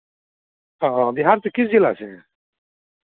हाँ बिहार से किस जिला से हैं